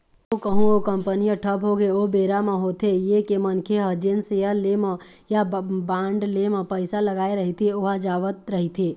अउ कहूँ ओ कंपनी ह ठप होगे ओ बेरा म होथे ये के मनखे ह जेन सेयर ले म या बांड ले म पइसा लगाय रहिथे ओहा जावत रहिथे